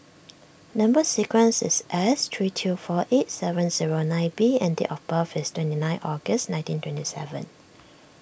Number Sequence is S three two four eight seven zero nine B and date of birth is twenty nine August nineteen twenty seven